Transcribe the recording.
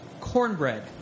cornbread